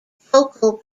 focal